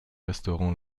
restaurants